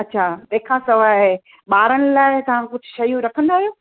अच्छा तंहिंखां सवाइ ॿारनि लाइ तव्हां कुझु शयूं रखंदा आहियो